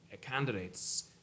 candidates